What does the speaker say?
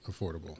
affordable